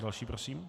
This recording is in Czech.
Další prosím.